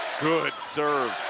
good serve.